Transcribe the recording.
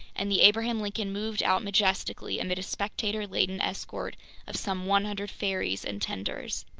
and the abraham lincoln moved out majestically amid a spectator-laden escort of some one hundred ferries and tenders.